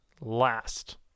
last